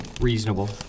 reasonable